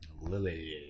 Lily